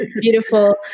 beautiful